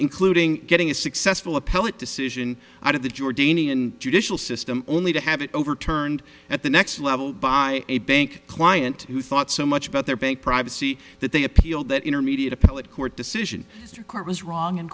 including getting a successful appellate decision out of the jordanian judicial system only to have it overturned at the next level by a bank client who thought so much about their bank privacy that they appealed that intermediate appellate court decision to court was wrong and